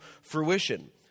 fruition